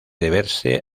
deberse